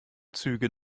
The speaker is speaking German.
züge